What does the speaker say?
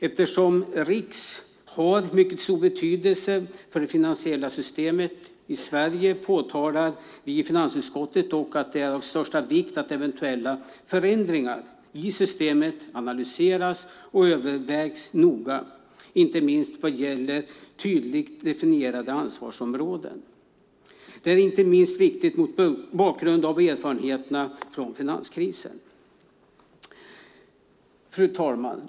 Eftersom RIX har en mycket stor betydelse för det finansiella systemet i Sverige påtalar vi i finansutskottet att det är av största vikt att eventuella förändringar i systemet analyseras och övervägs noga, inte minst vad gäller tydligt definierade ansvarsområden. Det är viktigt inte minst mot bakgrund av erfarenheterna från finanskrisen. Fru talman!